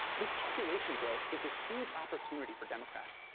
this population growth is a huge opportunity for democrats,